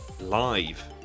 Live